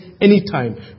anytime